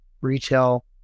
retail